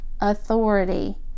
authority